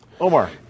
Omar